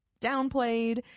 downplayed